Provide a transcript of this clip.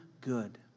good